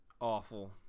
Awful